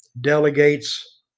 delegates